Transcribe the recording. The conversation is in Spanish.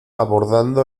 abordando